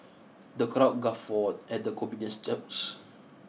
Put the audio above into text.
the crowd guffawed at the comedian's jokes